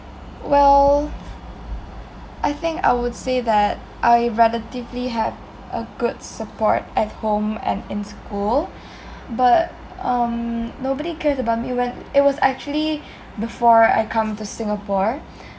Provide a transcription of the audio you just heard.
well I think I would say that I relatively have a good support at home and in school but um mm nobody cares about me when it was actually before I come to singapore